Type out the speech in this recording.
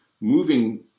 moving